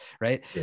right